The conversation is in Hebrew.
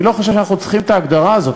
אני לא חושב שאנחנו צריכים את ההגדרה הזאת.